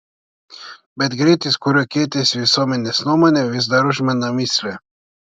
bet greitis kuriuo keitėsi visuomenės nuomonė vis dar užmena mįslę